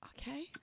okay